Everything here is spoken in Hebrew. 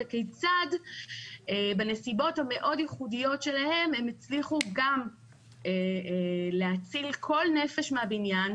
וכיצד בנסיבות המאוד ייחודיות שלהם הם הצליחו גם להציל כל נפש מהבניין,